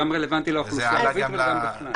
רלוונטי לאוכלוסייה הערבית וגם בכלל.